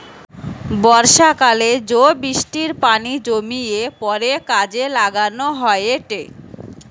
বর্ষাকালে জো বৃষ্টির পানি জমিয়ে পরে কাজে লাগানো হয়েটে